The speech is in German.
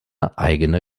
eigene